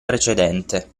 precedente